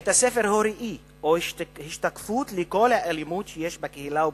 הוא הראי או ההשתקפות של כל האלימות שיש בקהילה ובחברה.